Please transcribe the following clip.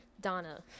Donna